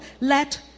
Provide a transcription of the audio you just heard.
let